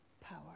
power